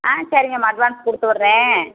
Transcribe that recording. ஆ சரிங்கம்மா அட்வான்ஸ் கொடுத்து விட்றேன்